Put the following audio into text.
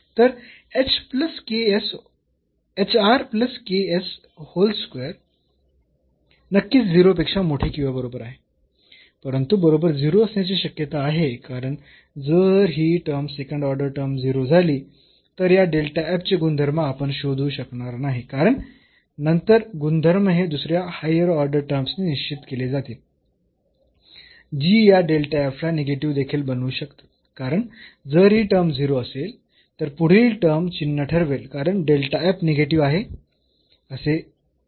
तर नक्कीच 0 पेक्षा मोठे किंवा बरोबर आहे परंतु बरोबर 0 असण्याची शक्यता आहे कारण जर ही टर्म सेकंड ऑर्डर टर्म 0 झाली तर या चे गुणधर्म आपण शोधू शकणार नाही कारण नंतर गुणधर्म हे दुसऱ्या हायर ऑर्डर टर्म्सने निश्चित केले जातील जी या ला निगेटिव्ह देखील बनवू शकतात कारण जर ही टर्म 0 असेल तर पुढील टर्म चिन्ह ठरवेल कारण निगेटिव्ह आहे असे असू शकते